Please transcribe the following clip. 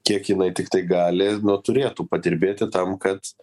kiek jinai tiktai gali nu turėtų padirbėti tam kad